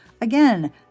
Again